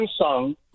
samsung